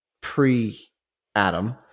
pre-Adam